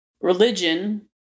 religion